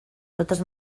totes